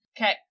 okay